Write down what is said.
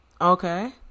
okay